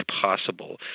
possible